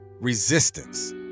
resistance